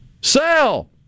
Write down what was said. Sell